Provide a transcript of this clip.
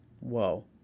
Whoa